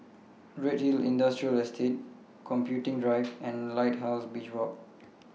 Redhill Industrial Estate Computing Drive and Lighthouse Beach Walk